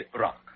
Rock